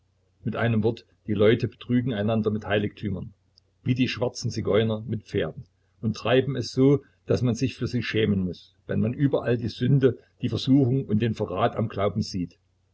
mit einem wort die leute betrügen einander mit heiligtümern wie die schwarzen zigeuner mit pferden und treiben es so daß man sich für sie schämen muß wenn man überall die sünde die versuchung und den verrat am glauben sieht